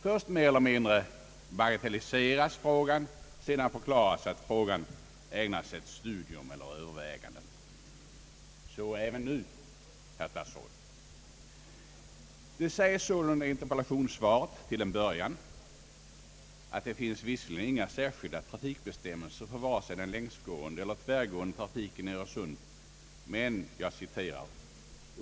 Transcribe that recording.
Först mer eller mindre bagatelliseras frågan, och sedan förklaras att frågan ägnas ett studium eller övervägande. Så även här, herr statsråd. Det sägs sålunda i interpellationssvaret till en början att det finns visserligen inga särskilda trafikbestämmelser för vare sig den längsgående eller den tvärgående trafiken i Öresund.